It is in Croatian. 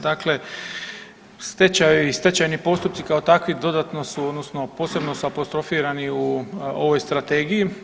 Dakle, stečajevi i stečajni postupci kao takvi dodatno su odnosno posebno su apostrofirani u ovoj strategiji.